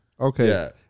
Okay